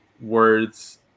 words